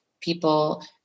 people